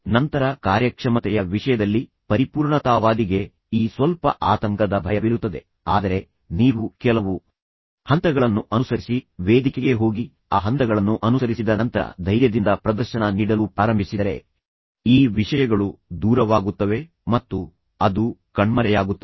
ನಂತರ ಕಾರ್ಯಕ್ಷಮತೆಯ ವಿಷಯದಲ್ಲಿ ಪರಿಪೂರ್ಣತಾವಾದಿಗೆ ಈ ಸ್ವಲ್ಪ ಆತಂಕದ ಭಯವಿರುತ್ತದೆ ಆದರೆ ನೀವು ಕೆಲವು ಹಂತಗಳನ್ನು ಅನುಸರಿಸಿ ವೇದಿಕೆಗೆ ಹೋಗಿ ಆ ಹಂತಗಳನ್ನು ಅನುಸರಿಸಿದ ನಂತರ ಧೈರ್ಯದಿಂದ ಪ್ರದರ್ಶನ ನೀಡಲು ಪ್ರಾರಂಭಿಸಿದರೆ ಈ ವಿಷಯಗಳು ದೂರವಾಗುತ್ತವೆ ಮತ್ತು ಅದು ಕಣ್ಮರೆಯಾಗುತ್ತದೆ